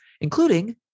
including